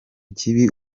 kibi